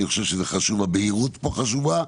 הבהילות פה חשובה.